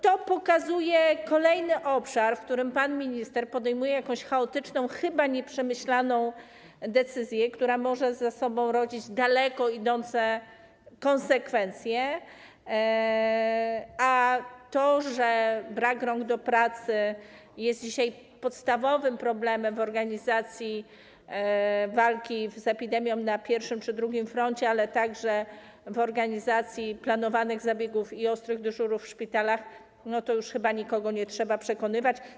To pokazuje kolejny obszar, w którym pan minister podejmuje jakąś chaotyczną, chyba nieprzemyślaną decyzję, która może rodzić daleko idące konsekwencje, a o tym, że brak rąk do pracy jest dzisiaj podstawowym problemem w organizacji walki z epidemią na pierwszym czy drugim froncie, ale także w organizacji planowanych zabiegów i ostrych dyżurów w szpitalach, to już chyba nikogo nie trzeba przekonywać.